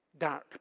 dark